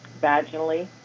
vaginally